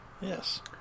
yes